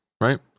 right